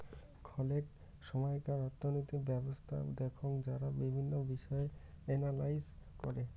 খলেক সময়কার অর্থনৈতিক ব্যবছস্থা দেখঙ যারা বিভিন্ন বিষয় এনালাইস করে